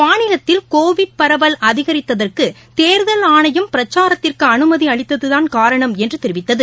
மாநிலத்தில் கோவிட் பரவல் அதிகரித்ததற்கு தேர்தல் ஆணையம் பிரச்சாரத்திற்கு அனுமதி அளித்ததுதான் காரணம் என்று தெரிவித்தது